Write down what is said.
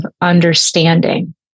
understanding